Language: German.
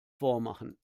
vormachen